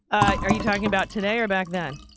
ah are you talking about today or back then?